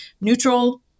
neutral